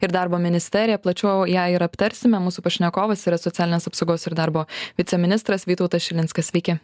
ir darbo ministerija plačiau ją ir aptarsime mūsų pašnekovas yra socialinės apsaugos ir darbo viceministras vytautas šilinskas sveiki